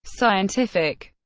scientific